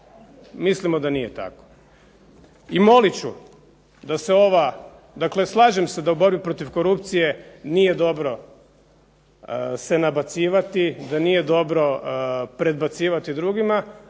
Mislimo da nije tako. I molit ću da se ova, dakle slažem se da u borbi protiv korupcije nije dobro se nabacivati, da nije dobro predbacivati drugima,